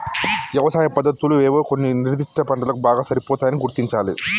యవసాయ పద్దతులు ఏవో కొన్ని నిర్ధిష్ట పంటలకు బాగా సరిపోతాయని గుర్తించాలి